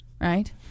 Right